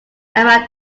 around